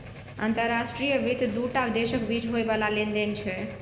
अंतर्राष्ट्रीय वित्त दू टा देशक बीच होइ बला लेन देन छै